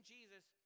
Jesus